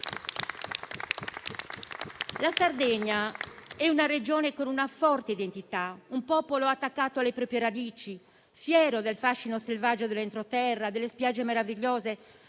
La Sardegna è una Regione con una forte identità e un popolo attaccato alle proprie radici e fiero del fascino selvaggio dell'entroterra, delle spiagge meravigliose